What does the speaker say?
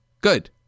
Good